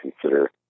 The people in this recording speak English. consider